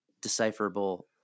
decipherable